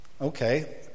Okay